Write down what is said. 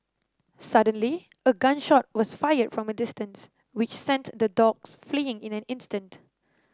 suddenly a gun shot was fired from a distance which sent the dogs fleeing in an instant